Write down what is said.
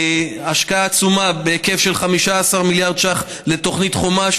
השקעה עצומה בהיקף של 15 מיליארד שקלים בתוכנית חומש,